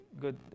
good